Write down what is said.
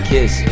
Kiss